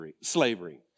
slavery